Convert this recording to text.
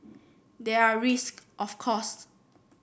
there are risk of course